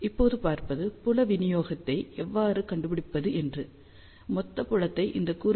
இப்போது பார்ப்பது புல விநியோகத்தை எவ்வாறு கண்டுபிடிப்பது என்று